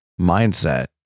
mindset